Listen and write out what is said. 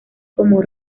como